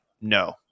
no